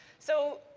so,